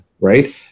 right